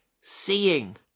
seeing